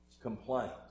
complaint